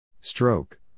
Stroke